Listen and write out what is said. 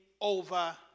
over